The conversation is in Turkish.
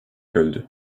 öldü